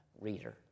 reader